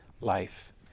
life